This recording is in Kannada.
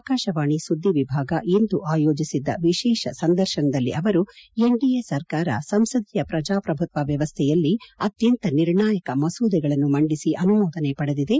ಆಕಾಶವಾಣಿ ಸುದ್ದಿ ವಿಭಾಗ ಇಂದು ಆಯೋಜಿಸಿದ್ದ ವಿಶೇಷ ಸಂದರ್ಶನದಲ್ಲಿ ಅವರು ಎನ್ಡಿಎ ಸರ್ಕಾರ ಸಂಸದೀಯ ಪ್ರಜಾಪ್ರಭುತ್ವ ವ್ಯವಸ್ಥೆಯಲ್ಲಿ ಅತ್ಯಂತ ನಿರ್ಣಾಯಕ ಮಸೂದೆಗಳನ್ನು ಮಂಡಿಸಿ ಅನುಮೋದನೆ ಪಡೆದಿದೆ